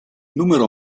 numero